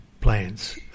plans